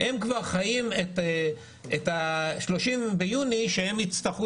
הם כבר חיים את ה-30 ביוני כשהם יצטרכו